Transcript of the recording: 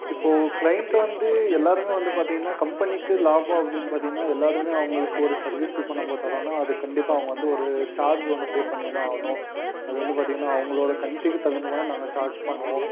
இப்போது க்ளைண்ட்டு வந்து எல்லாேருமே வந்து பார்த்தீங்கன்னா கம்பெனிக்கு லாபம் அப்படின்னு பார்த்தீங்கன்னா எல்லாேருமே அவர்களுக்கு ஒரு சர்வீஸ் இப்போ நம்ம தரோன்னால் அது கண்டிப்பாக அவங்கள் வந்து ஒரு சார்ஜ் ஒன்று பே பண்ணி தான் ஆகணும் அது வந்து பார்த்தீங்கன்னா அவர்களோட கண்ட்ரிக்கு தகுந்த மாதிரி நாங்கள் சார்ஜ் பண்ணுவோம்